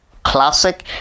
Classic